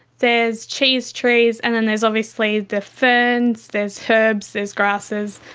there's cheese trees, and then there's obviously the ferns, there's herbs, there's grasses,